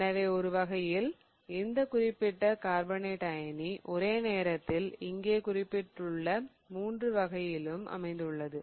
எனவே ஒரு வகையில் இந்த குறிப்பிட்ட கார்பனேட் அயனி ஒரே நேரத்தில் இங்கே குறிப்பிட்டுள்ள மூன்று வகையிலும் அமைந்துள்ளது